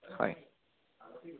হয়